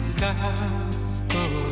gospel